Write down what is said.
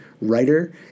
writer